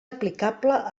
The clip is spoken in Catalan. aplicable